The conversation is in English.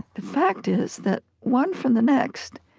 the fact is that one from the next,